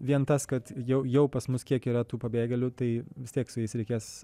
vien tas kad jau jau pas mus kiek yra tų pabėgėlių tai vis tiek su jais reikės